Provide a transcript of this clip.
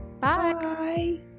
bye